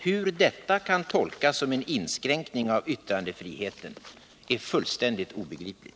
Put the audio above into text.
Hur detta kan tolkas som en inskränkning av yttrandefriheten är fullständigt obegripligt.